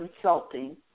Consulting